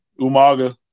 Umaga